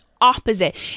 opposite